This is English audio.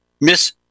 Miss